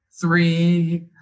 Three